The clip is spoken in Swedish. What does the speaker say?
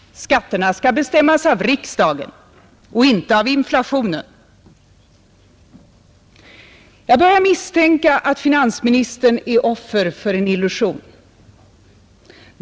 Skatterna skall bestämmas av riksdagen och inte av inflationen. Jag börjar misstänka att finansministern är offer för en illusion.